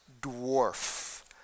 dwarf